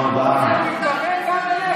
עופר, הוא התכוון גם אליך,